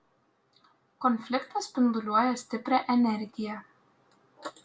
konfliktas spinduliuoja stiprią energiją